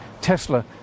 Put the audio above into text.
Tesla